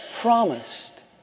promised